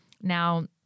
Now